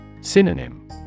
Synonym